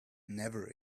never